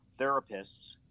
therapists